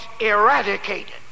eradicated